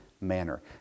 manner